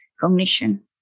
cognition